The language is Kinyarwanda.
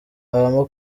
habamo